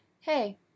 hey